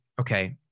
okay